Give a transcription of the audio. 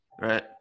Right